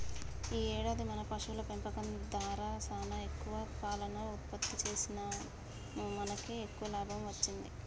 ఈ ఏడాది మన పశువుల పెంపకం దారా సానా ఎక్కువ పాలను ఉత్పత్తి సేసినాముమనకి ఎక్కువ లాభం అచ్చింది